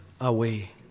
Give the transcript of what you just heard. away